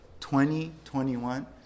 2021